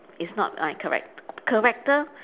it's not my charac~ character